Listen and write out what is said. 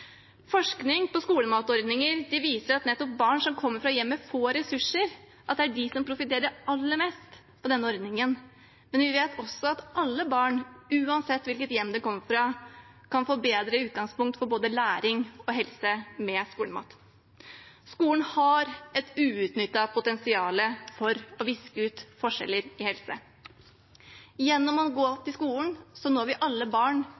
Forskning på skolematordninger viser at nettopp barn som kommer fra hjem med få ressurser, er de som profitterer aller mest på denne ordningen, men vi vet også at alle barn, uansett hvilket hjem de kommer fra, kan få et bedre utgangspunkt for både læring og helse med skolemat. Skolen har et uutnyttet potensial for å viske ut forskjeller innen helse. Gjennom å gå til skolen når vi alle barn,